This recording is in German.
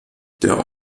der